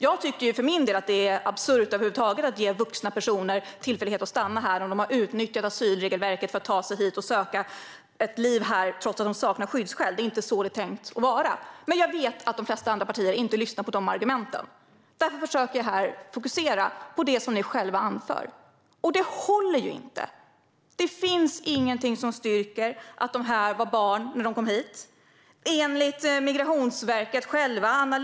Jag tycker för min del att det är absurt att över huvud taget ge vuxna personer tillfälle att stanna här om de har utnyttjat asylregelverket för att ta sig hit och söka ett liv här trots att de saknar skyddsskäl. Det är inte så det är tänkt att vara. Men jag vet att de flesta andra partier inte lyssnar på sådana argument. Därför försöker jag att fokusera på det som ni själva anför. Och det håller inte. Det finns inget som styrker att de här var barn när de kom hit, inte ens enligt Migrationsverket självt.